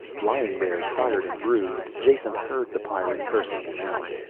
lying there, tired and bruised, jason heard the pyrran cursing him out.